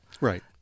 Right